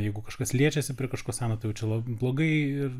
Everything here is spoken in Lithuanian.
jeigu kažkas liečiasi prie kažko seno tai jau čia blogai ir